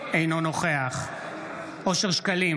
אינו נוכח אושר שקלים,